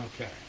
Okay